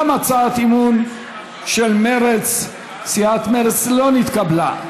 גם הצעת האי-אמון של סיעת מרצ לא נתקבלה.